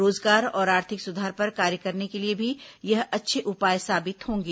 रोजगार और आर्थिक सुधार पर कार्य करने के लिए भी यह अच्छे उपाय साबित होंगे